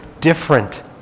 different